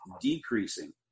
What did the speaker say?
decreasing